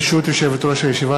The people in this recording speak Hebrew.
ברשות יושבת-ראש הישיבה,